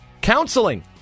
Counseling